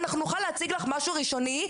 נוכל להציג לך משהו ראשוני,